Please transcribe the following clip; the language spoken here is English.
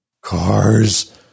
Cars